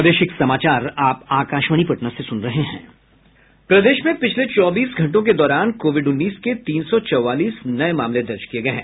प्रदेश में पिछले चौबीस घंटों के दौरान कोविड उन्नीस के तीन सौ चौवालीस नये मामले दर्ज किये गये हैं